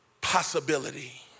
possibility